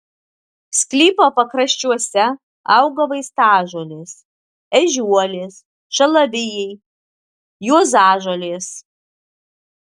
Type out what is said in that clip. sklypo pakraščiuose auga vaistažolės ežiuolės šalavijai juozažolės